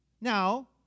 Now